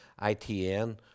ITN